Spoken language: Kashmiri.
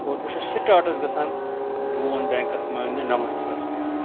اور بہٕ چھُس سِٹارٹَس گژھان لون بینکَس منٛز اننہِ نَمَتھ ساس رۄپیہِ